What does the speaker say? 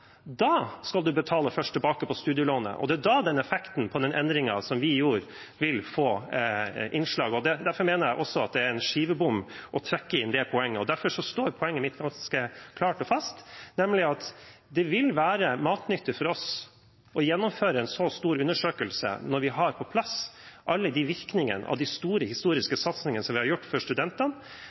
da først skal man betale tilbake på studielånet, og det er da effekten av den endringen som vi gjorde, vil få innslag. Derfor mener jeg også at det er en skivebom å trekke inn det poenget. Og derfor står poenget mitt ganske klart og fast, nemlig at det vil være matnyttig for oss å gjennomføre en så stor undersøkelse når vi har på plass alle virkningene av de store historiske satsingene som vi har gjort for studentene.